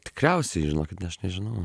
tikriausiai žinokit aš nežinau